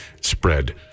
spread